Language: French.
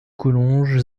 collonges